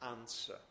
answer